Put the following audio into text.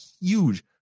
huge